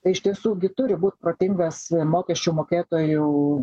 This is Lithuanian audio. tai iš tiesų gi turi būt protingas mokesčių mokėtojų